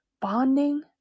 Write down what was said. bonding